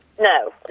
No